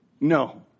No